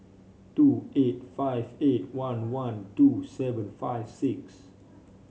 two eight five eight one one two seven five six